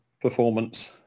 performance